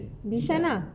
bishan lah